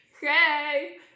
hey